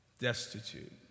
destitute